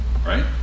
right